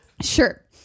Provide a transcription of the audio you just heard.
Sure